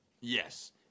Yes